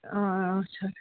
اَچھا